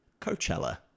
Coachella